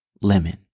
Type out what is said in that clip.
lemon